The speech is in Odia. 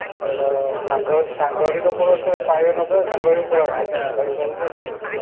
ତ ସାଙ୍ଗ ହେଇକି ସାଙ୍ଗ ହେଇକି ତ ପଳେଇବା ସେ ପାଇବେ କି ନ ପାଇବେ ସାଙ୍ଗ ହେଇକି ପଳେଇବା ସାଙ୍ଗ ହେଇକି ପଳେଇଲେ ଏଠି